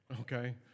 Okay